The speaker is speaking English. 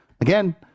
again